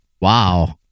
Wow